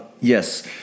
Yes